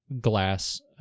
glass